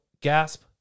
gasp